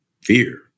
fear